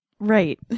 Right